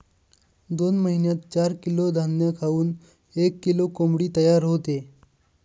दोन महिन्यात चार किलो धान्य खाऊन एक किलो कोंबडी तयार होते